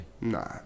nah